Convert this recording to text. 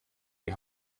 die